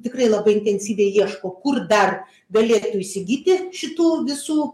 tikrai labai intensyviai ieško kur dar galėtų įsigyti šitų visų